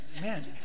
Man